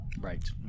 Right